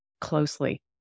closely